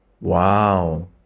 Wow